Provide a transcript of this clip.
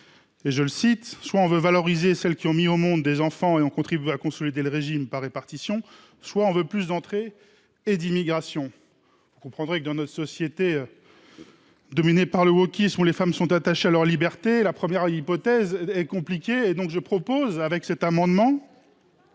démographique : soit on veut […] valoriser celles qui ont mis au monde des enfants et ont contribué à consolider le régime par répartition, soit on veut plus d’entrées et d’immigration. » Vous comprendrez que, dans notre société dominée par le wokisme, où les femmes sont attachées à leur liberté, la première hypothèse est compliquée… Par conséquent, pour résoudre cette